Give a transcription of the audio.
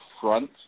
front